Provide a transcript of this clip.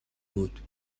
بود